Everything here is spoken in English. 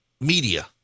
media